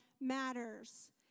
matters